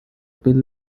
bill